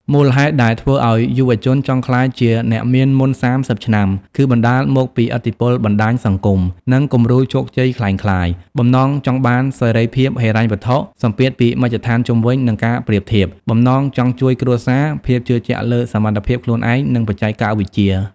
មូលហេតុដែលធ្វើឲ្យយុវជនចង់ក្លាយជាអ្នកមានមុន ៣០ ឆ្នាំគឺបណ្ដាលមកពី ឥទ្ធិពលបណ្តាញសង្គម និងគំរូជោគជ័យក្លែងក្លាយ បំណងចង់បានសេរីភាពហិរញ្ញវត្ថុ សម្ពាធពីមជ្ឈដ្ឋានជុំវិញ និងការប្រៀបធៀប បំណងចង់ជួយគ្រួសារ ភាពជឿជាក់លើសមត្ថភាពខ្លួនឯង និងបច្ចេកវិទ្យា។